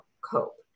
cope